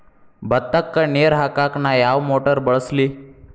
ಭತ್ತಕ್ಕ ನೇರ ಹಾಕಾಕ್ ನಾ ಯಾವ್ ಮೋಟರ್ ಬಳಸ್ಲಿ?